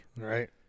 Right